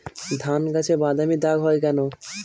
ধানগাছে বাদামী দাগ হয় কেন?